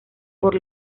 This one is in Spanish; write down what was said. por